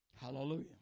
Hallelujah